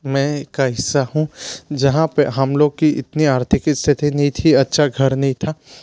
मैं का हिस्सा हूँ जहाँ पे हम लोग की इतनी आर्थिक स्थिति नहीं थी अच्छा घर नहीं था